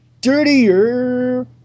dirtier